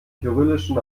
kyrillischen